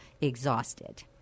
exhausted